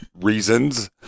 reasons